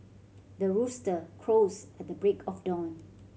the rooster crows at the break of dawn